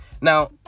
now